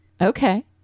Okay